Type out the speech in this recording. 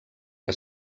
que